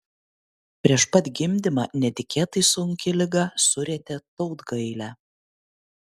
prieš pat gimdymą netikėtai sunki liga surietė tautgailę